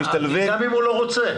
גם אם היא לא רוצה.